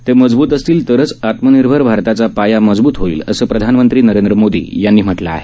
ते मजबूत असतील तरच आत्मनिर्भर भारताचा पाया मजबूत होईल असं प्रधानमंत्री नरेंद्र मोदी यांनी म्हटलं आहे